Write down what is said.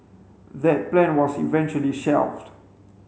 that plan was eventually shelved